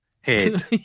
head